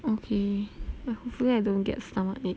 okay I hopefully I don't get stomachache